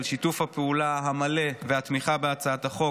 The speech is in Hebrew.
על שיתוף הפעולה המלא והתמיכה בהצעת החוק,